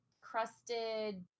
crusted